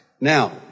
Now